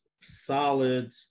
solid